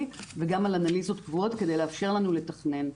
וגם על אנליזות קבועות כדי לאפשר לנו לתכנן.